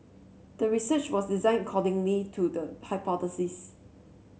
the research was designed accordingly to the hypothesis